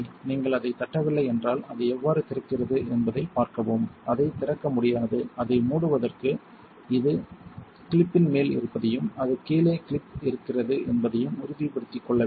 நீங்கள் அதைத் தட்டவில்லை என்றால் அது எவ்வாறு திறக்கிறது என்பதைப் பார்க்கவும் அதைத் திறக்க முடியாது அதை மூடுவதற்கு இது கிளிப்பின் மேல் இருப்பதையும் அது கீழே கிளிப் இருக்கிறது என்பதையும் உறுதிப்படுத்திக் கொள்ள வேண்டும்